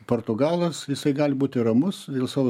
portugalas jisai gali būti ramus dėl savo